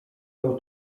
był